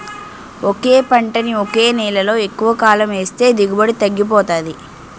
ఒకే పంటని ఒకే నేలలో ఎక్కువకాలం ఏస్తే దిగుబడి తగ్గిపోతాది